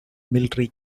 military